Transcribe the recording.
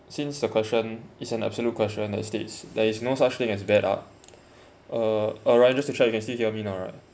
since the question is an absolute question that states there is no such thing as bad art uh alright just to check if you can still hear me now right